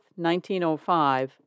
1905